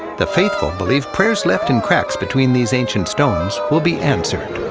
the faithful believe prayers left in cracks between these ancient stones will be answered.